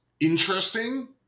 interesting